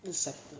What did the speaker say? accepted